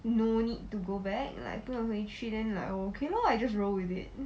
no need to go back like 不能回去 then like okay lor I just roll with it